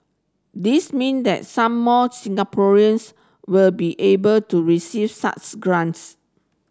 this mean that some more Singaporeans will be able to receive such grants